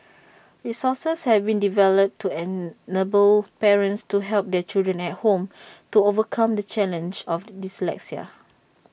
resources have been developed to enable parents to help their children at home to overcome the challenge of dyslexia